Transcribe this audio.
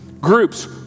groups